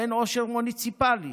שאין בהן עושר מוניציפלי,